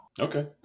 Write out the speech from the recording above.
Okay